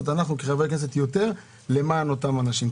אנחנו כחברי כנסת יותר למען אותם אנשים.